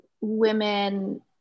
women